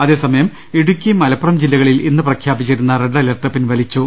അതേസമയം ഇടുക്കി മലപ്പുറം ജില്ലകളിൽ ഇന്ന് പ്രഖ്യാപിച്ചിരുന്ന റെഡ് അലർട്ട് പിൻവലിച്ചു